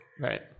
Right